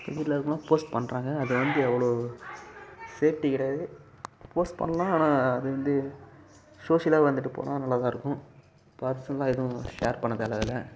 ஊரில் இருக்கவங்களா போஸ்ட் பண்ணுறாங்க அது வந்து அவ்வளோ சேஃப்ட்டி கிடையாது போஸ்ட் பண்ணலாம் ஆனால் அது வந்து சோஷியலாக வந்துவிட்டு போனால் நல்லா தான் இருக்கும் பர்சனலாக எதுவும் ஷேர் பண்ண தேவை இல்லை